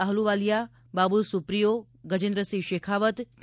Ahluwalia Babul Supriyo Gajendra Singh Shekhawat પી